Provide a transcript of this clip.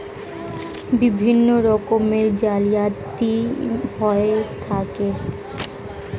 বিভিন্ন রকমের জালিয়াতি হয়ে থাকে